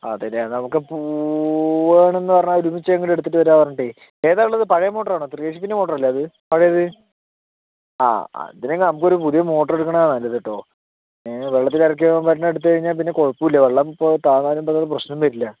അതെയല്ലേ എന്നാൽ നമുക്ക് പോകുകയാണെന്നു പറഞ്ഞാൽ ഒരുമിച്ചങ്ങോട്ട് എടുത്തിട്ടു വരാം പറഞ്ഞിട്ട് ഏതാണ് ഉള്ളത് പഴയ മോട്ടറാണോ മോട്ടറല്ലേ അത് പഴയത് ആ അതിനൊക്കെ നമുക്കൊരു പുതിയ മോട്ടർ എടുക്കണതാണ് നല്ലത് കേട്ടോ ഏഹ് വെള്ളത്തിലിറക്കി വയ്ക്കാൻ പറ്റണത് എടുത്തു കഴിഞ്ഞാൽ പിന്നെ കുഴപ്പമില്ല വെള്ളം ഇപ്പോൾ താഴ്ന്നിട്ടുണ്ടെന്നാലും പ്രശ്നം വരില്ല